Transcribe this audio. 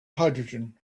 hydrogen